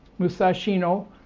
Musashino